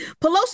Pelosi